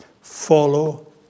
follow